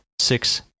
Six